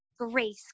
grace